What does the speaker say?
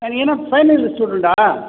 நீ என்ன final year ஸ்டூடண்ட்டா